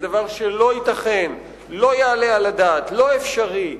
זה דבר שלא ייתכן, לא יעלה על הדעת, לא אפשרי.